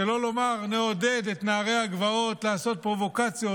שלא לומר נעודד את נערי הגבעות לעשות פרובוקציות,